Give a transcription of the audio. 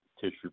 tissue